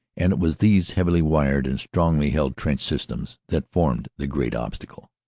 and it was these heavily-wired and strongly held trench systems that formed the great obstacle.